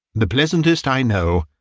the pleasantest i know.